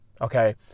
okay